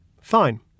Fine